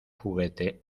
juguete